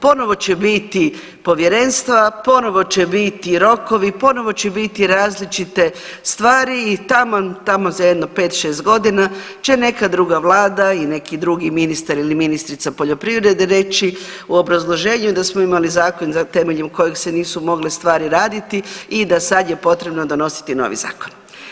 Ponovo će biti povjerenstva, ponovo će biti rokovi, ponovo će biti različite stvari i taman tamo za jedno 5-6 godina će neka druga vlada i neki drugi ministar ili ministrica poljoprivrede reći u obrazloženju da smo imali zakon temeljem kojeg se nisu mogle stvari raditi i da sad je potrebno donositi novi zakon.